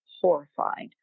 horrified